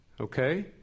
Okay